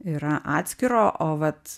yra atskiro o vat